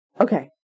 okay